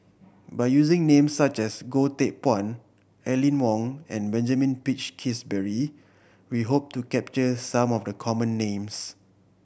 by using names such as Goh Teck Phuan Aline Wong and Benjamin Peach Keasberry we hope to capture some of the common names